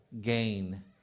gain